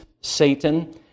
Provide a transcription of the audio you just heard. Satan